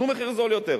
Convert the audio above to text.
תנו מחיר זול יותר.